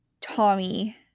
Tommy